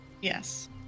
Yes